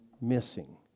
missing